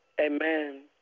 Amen